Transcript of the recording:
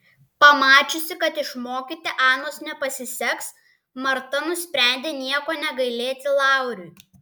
pamačiusi kad išmokyti anos nepasiseks marta nusprendė nieko negailėti lauriui